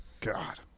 God